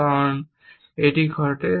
কারণ এটি ঘটে